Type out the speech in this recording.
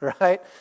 right